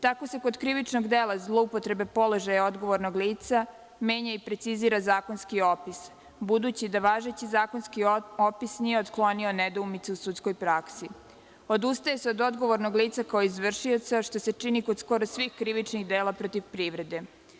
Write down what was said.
Tako se kod krivičnog dela zloupotreba položaja odgovornog lica, menja i precizira zakonski opis, budući da važeći zakonski opis nije otklonio nedoumice u sudskoj praksi, odustaje se od odgovornog lica kao izvršioca, što se čini kod skoro svih krivičnih dela protiv privrede.